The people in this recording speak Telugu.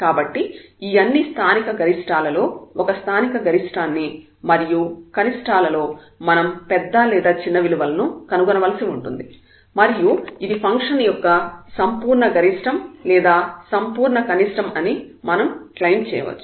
కాబట్టి ఈ అన్ని స్థానిక గరిష్ఠాలలో ఒక స్థానిక గరిష్ఠాన్ని మరియు కనిష్ఠా లలో మనం పెద్ద లేదా చిన్న విలువలను కనుగొనవలసి ఉంటుంది మరియు ఇది ఫంక్షన్ యొక్క సంపూర్ణ గరిష్టం లేదా సంపూర్ణ కనిష్టం అని మనం క్లెయిమ్ చేయవచ్చు